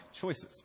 choices